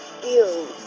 skills